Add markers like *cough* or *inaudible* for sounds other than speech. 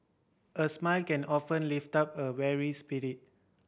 a smile can often lift up a weary *unintelligible*